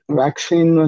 vaccine